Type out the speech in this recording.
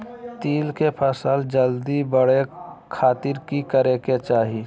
तिल के फसल जल्दी बड़े खातिर की करे के चाही?